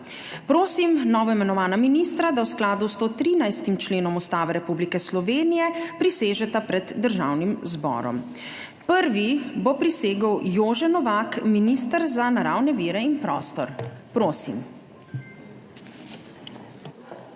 Prosim novoimenovana ministra, da v skladu s 113. členom Ustave Republike Slovenije prisežeta pred Državnim zborom. Prvi bo prisegel Jože Novak, minister za naravne vire in prostor. Prosim.